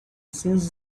since